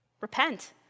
repent